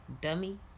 dummy